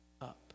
up